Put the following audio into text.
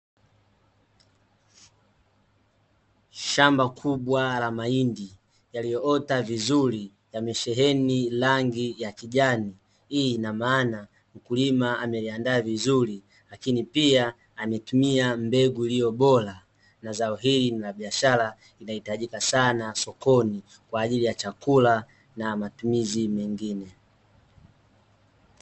Shamba kubwa la mahindi yaliyoota vizuri, yamesheheni rangi ya kijani. Hii ina maana mkulima ameliandaa vizuri lakini pia ametumia mbegu iliyo bora na zao hii ni la biashara, linahitajika sana sokoni kwa ajili ya chakula na matumizi mengine.